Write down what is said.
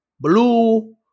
blue